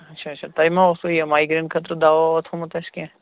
اچھا اچھا تۄہہِ ما اوسوٕ یہِ مایگرین خٲطرٕ دوا وَوا تھومُت اَسہِ کیٚنٛہہ